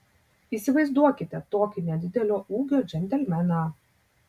įsivaizduokite tokį nedidelio ūgio džentelmeną